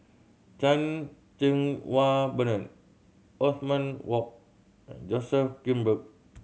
Chan Cheng Wah Bernard Othman Wok and Joseph Grimberg